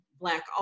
black